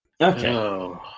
okay